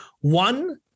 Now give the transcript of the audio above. One